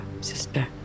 sister